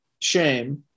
shame